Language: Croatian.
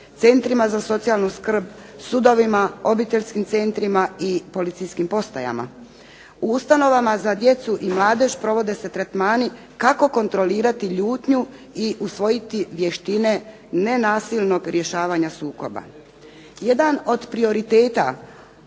centrima za socijalnu skrb, sudovima, obiteljskim centrima i policijskim postajama. U ustanovama za djecu i mladež provode se tretmani kako kontrolirati ljutnju i usvojiti vještine nenasilnog rješavanja sukoba.